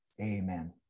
Amen